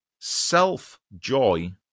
self-joy